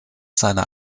seiner